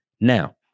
Now